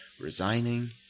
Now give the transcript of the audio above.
resigning